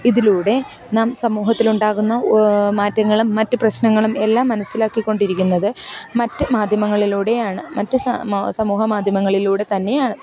ഇതിലൂടെ നാം സമൂഹത്തിലുണ്ടാകുന്ന മാറ്റങ്ങലും മറ്റു പ്രശ്നങ്ങളും എല്ലാം മനസ്സിലാക്കിക്കൊണ്ടിരിക്കുന്നത് മറ്റ് മാധ്യമങ്ങളിലൂടെയാണ് മറ്റ് സമൂഹമാധ്യമങ്ങളിലൂടെത്തന്നെയാണ്